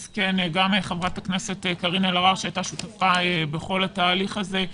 גם חברת הכנסת קארין אלהרר הייתה שותפה בכל התהליך הזה.